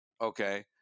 okay